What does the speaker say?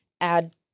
add